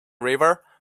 river